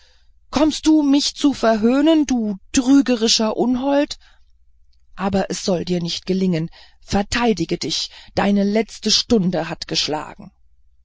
kommst du mich zu verhöhnen alter betrügerischer unhold aber es soll dir nicht gelingen verteidige dich deine letzte stunde hat geschlagen